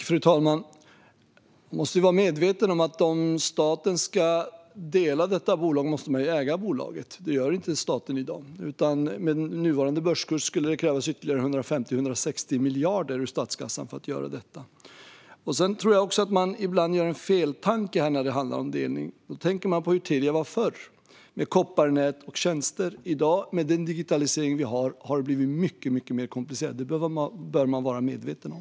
Fru talman! Vi måste vara medvetna om att om staten ska dela detta bolag måste man äga bolaget. Det gör inte staten i dag. Med nuvarande börskurs skulle det krävas ytterligare 150-160 miljarder ur statskassan för att göra detta. Sedan tror jag att det ibland är ett feltänk när det handlar om delning. Tänk på hur Telia var förr med kopparnät och tjänster. Med dagens digitalisering har det blivit mycket mer komplicerat. Det bör man vara medveten om.